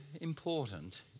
important